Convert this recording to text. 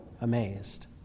amazed